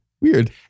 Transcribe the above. Weird